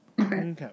Okay